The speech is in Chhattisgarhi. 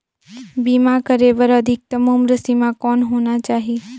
बीमा करे बर अधिकतम उम्र सीमा कौन होना चाही?